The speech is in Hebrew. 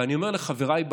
ואני אומר לחבריי בכנסת,